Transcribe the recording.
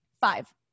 Five